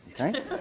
Okay